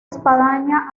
espadaña